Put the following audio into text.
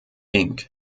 inc